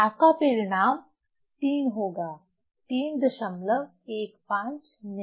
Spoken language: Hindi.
आपका परिणाम 3 होगा 315 नहीं